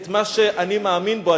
את מה שאני מאמין בו.